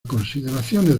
consideraciones